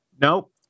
nope